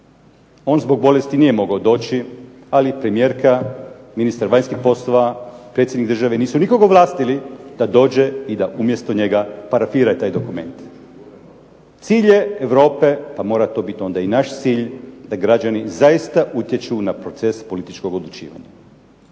on zbog bolesti nije mogao doći ali premijerka, ministar vanjskih poslova, predsjednik države nikoga nisu ovlastili da umjesto njega dođe i parafira taj dokument. Cilj je Europe pa mora onda biti i naš cilj da građani zaista utječu na proces političkog odlučivanja.